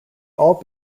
all